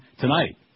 tonight